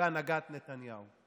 בהנהגת נתניהו.